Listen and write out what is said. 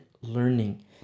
learning